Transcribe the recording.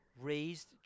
raised